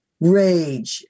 rage